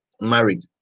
married